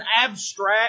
abstract